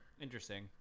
Interesting